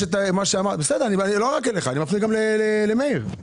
אני מפנה את השאלה גם למאיר.